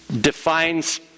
defines